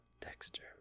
dexter